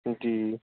جی